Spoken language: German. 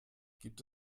gibt